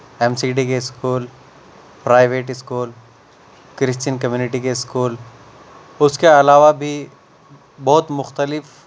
M C D کے school private school Christian community کے school اس کے علاوہ بھی بہت مختلف